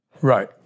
Right